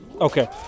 okay